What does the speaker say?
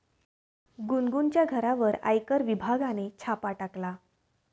गुनगुनच्या घरावर आयकर विभागाने छापा टाकला